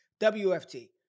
WFT